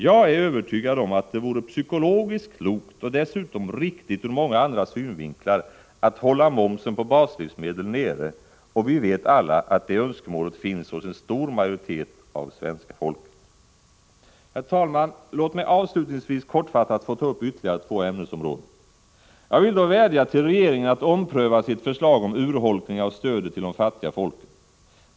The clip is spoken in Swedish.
Jag är övertygad om att det vore psykologiskt klokt och dessutom riktigt ur många andra synvinklar att hålla momsen på baslivsmedel nere, och vi vet alla att det önskemålet finns hos en stor majoritet av svenska folket. Herr talman! Låt mig avslutningsvis kortfattat få ta upp ytterligare två ämnesområden. Jag vill då vädja till regeringen att ompröva sitt förslag om urholkning av stödet till de fattiga folken.